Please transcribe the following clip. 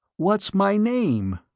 what's my name?